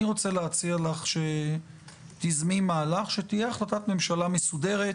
אני רוצה להציע לך שתיזמי מהלך שתהיה החלטת ממשלה מסודרת,